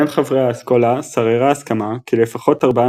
בין חברי האסכולה שררה הסכמה כי לפחות ארבעה